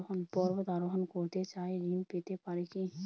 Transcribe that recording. পর্বত আরোহণ করতে চাই ঋণ পেতে পারে কি?